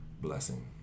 Blessing